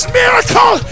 miracle